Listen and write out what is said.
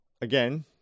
Again